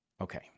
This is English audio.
Okay